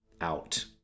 out